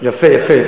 יפה,